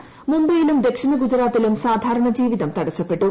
ന് മുബൈയിലും ദക്ഷിണ ഗുജറാത്തിലും സാധാരണ ജീവിതം തടസപ്പെട്ടു